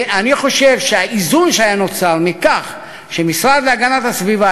כי אני חושב שהאיזון שהיה נוצר מכך שהמשרד להגנת הסביבה